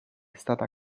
stata